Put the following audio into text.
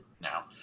now